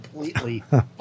completely